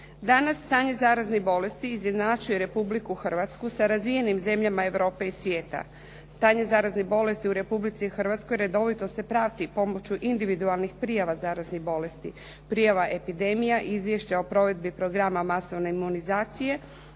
Danas stanje zaraznih bolesti izjednačuje Republiku Hrvatsku sa razvijenim zemljama Europe i svijeta. Stanje zaraznih bolesti u Republici Hrvatskoj redovito se prati pomoću individualnih prijava zaraznih bolesti, prijava epidemija, izvješće o provedbi programa masovne imunizacije